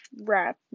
wrap